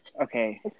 Okay